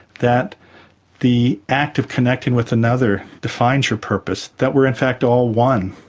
that the act of connecting with another defines your purpose, that we're in fact all one.